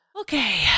Okay